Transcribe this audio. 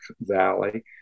valley